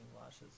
lashes